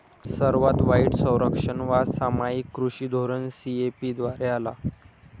सर्वात वाईट संरक्षणवाद सामायिक कृषी धोरण सी.ए.पी द्वारे आला